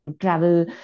travel